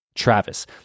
Travis